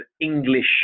english